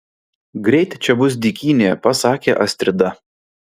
greit čia bus dykynė pasakė astrida